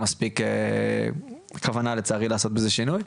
מספיק כוונה לצערי לעשות בזה שינוי.